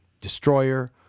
Destroyer